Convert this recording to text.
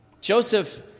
Joseph